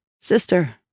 sister